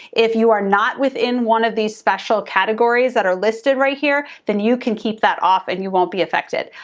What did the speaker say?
if you are not within one of these special categories that are listed right here, then you can keep that off and you won't be affected.